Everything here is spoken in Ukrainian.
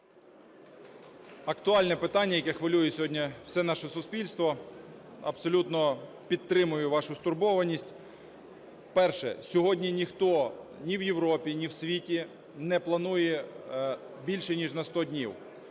Актуальне питання, яке хвилює сьогодні все наше суспільство. Абсолютно підтримую вашу стурбованість. Перше. Сьогодні ніхто ні в Європі, ні в світі не планує більше ніж на 100 днів.